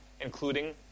including